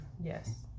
Yes